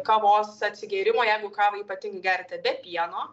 kavos atsigėrimo jeigu kavą ypatingai geriate be pieno